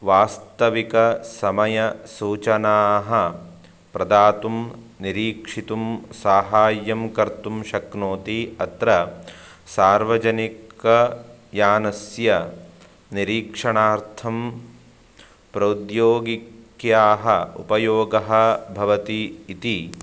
वास्तविकसमयसूचनाः प्रदातुं निरीक्षितुं साहाय्यं कर्तुं शक्नोति अत्र सार्वजनिकयानस्य निरीक्षणार्थं प्रौद्योगिक्याः उपयोगः भवति इति